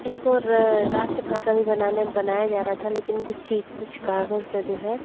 इसको राष्ट्र भाषा भी बनाने में बनाया जा रहा था लेकिन कुछ चीज़ कुछ कारण से जो है